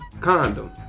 Condom